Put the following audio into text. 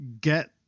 get